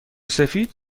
سفید